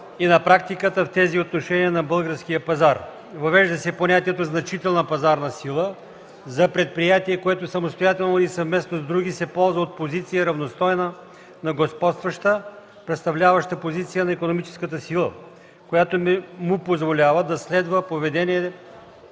се! Тишина в залата! ДОКЛАДЧИК АЛИОСМАН ИМАМОВ: „Въвежда се понятието „значителна пазарна сила” за предприятие, което самостоятелно или съвместно с други се ползва от позиция, равностойна на господстваща, представляваща позиция на икономическа сила, която му позволява да следва поведение